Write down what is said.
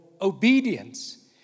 obedience